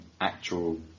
actual